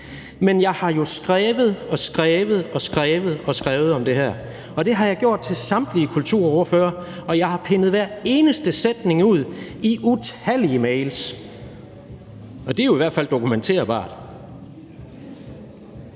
Men jeg har jo skrevet og skrevet om det her, og det har jeg gjort til samtlige kulturordførere, og jeg har pindet hver eneste sætning ud i utallige mails. Og det er jo i hvert fald dokumenterbart.